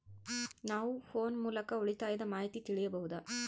ನಾವು ಫೋನ್ ಮೂಲಕ ಉಳಿತಾಯದ ಮಾಹಿತಿ ತಿಳಿಯಬಹುದಾ?